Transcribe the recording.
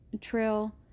Trail